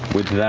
with that,